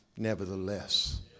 nevertheless